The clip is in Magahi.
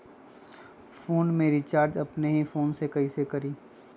फ़ोन में रिचार्ज अपने ही फ़ोन से कईसे करी?